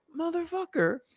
motherfucker